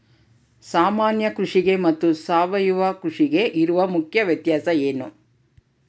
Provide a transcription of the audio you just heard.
ಸಾಮಾನ್ಯ ಕೃಷಿಗೆ ಮತ್ತೆ ಸಾವಯವ ಕೃಷಿಗೆ ಇರುವ ಮುಖ್ಯ ವ್ಯತ್ಯಾಸ ಏನು?